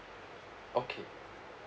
okay